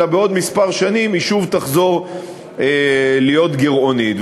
אלא בעוד כמה שנים היא שוב תחזור להיות גירעונית.